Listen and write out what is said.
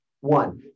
One